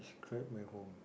crap my home